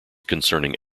concerning